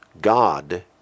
god